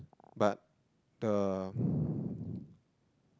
but the